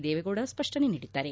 ದೇವೇಗೌಡ ಸ್ಪಷ್ಟನೆ ನೀಡಿದ್ದಾರೆ